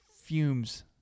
fumes